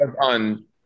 on